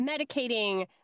medicating